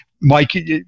Mike